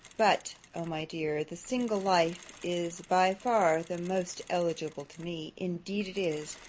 but, o my dear, the single life is by far the most eligible to me indeed it is.